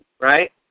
right